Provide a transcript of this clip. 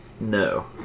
No